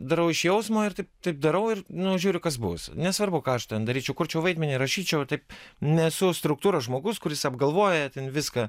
darau iš jausmo ir taip taip darau ir nu žiūriu kas bus nesvarbu ką aš ten daryčiau kurčiau vaidmenį rašyčiau taip nesu struktūros žmogus kuris apgalvoja viską